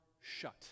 shut